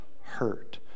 hurt